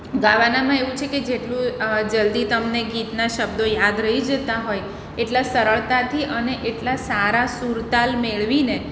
ગાવાનામાં એવું છે કે જેટલું જલ્દી તમને ગીતના શબ્દો યાદ રહી જતા હોય એટલા સરળતાથી અને એટલા સારા સૂર તાલ મેળવીને